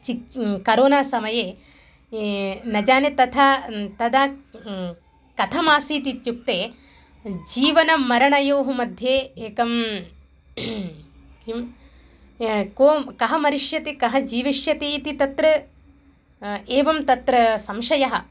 चिक् करोनासमये न जाने तथा तदा कथमासीत् इत्युक्ते जीवनमरणयोः मध्ये एकं किं कों कः मरिष्यति कः जीविष्यति इति तत्र एवं तत्र संशयः